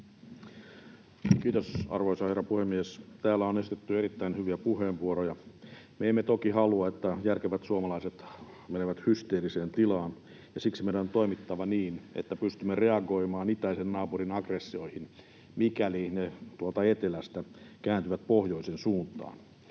Kiitos, arvoisa herra puhemies! Täällä on esitetty erittäin hyviä puheenvuoroja. Me emme toki halua, että järkevät suomalaiset menevät hysteeriseen tilaan, ja siksi meidän on toimittava niin, että pystymme reagoimaan itäisen naapurin aggressioihin, mikäli ne tuolta etelästä kääntyvät pohjoisen suuntaan.